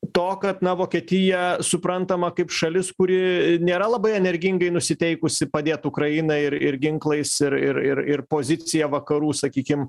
to kad na vokietija suprantama kaip šalis kuri nėra labai energingai nusiteikusi padėt ukrainai ir ir ginklais ir ir ir ir poziciją vakarų sakykim